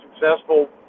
successful